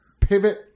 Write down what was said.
pivot